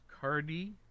Cardi